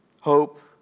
Hope